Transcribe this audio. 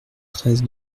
treize